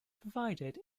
provided